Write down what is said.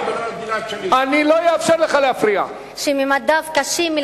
אי-אפשר בלי